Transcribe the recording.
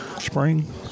spring